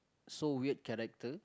so weird character